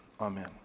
amen